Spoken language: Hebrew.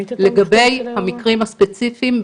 לגבי המקרים הספציפיים,